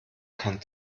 kann